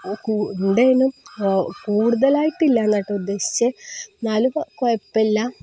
കൂടുതലായിട്ടില്ല എന്നാണു കെട്ടോ ഉദ്ദേശിച്ചത് എന്നാലും കുഴപ്പമില്ല